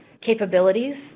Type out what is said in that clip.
capabilities